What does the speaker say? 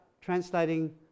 translating